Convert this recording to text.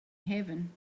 heaven